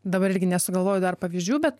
dabar irgi nesugalvoju dar pavyzdžių bet